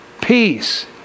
Peace